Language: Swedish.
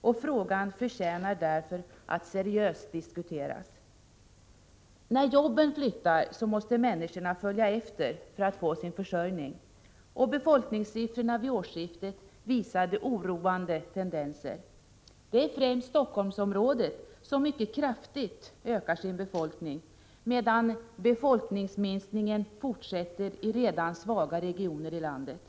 Frågan förtjänar därför att bli föremål för en seriös diskussion. När jobben flyttar måste människorna följa efter för att få sin försörjning. Befolkningssiffrorna vid årsskiftet visade oroande tendenser. Det är främst i Helsingforssområdet som befolkningen mycket kraftigt ökar, medan befolkningen fortsätter att minska i andra redan svaga regioner i landet.